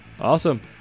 Awesome